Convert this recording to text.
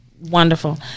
Wonderful